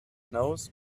knows